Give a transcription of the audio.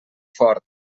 fort